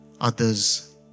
others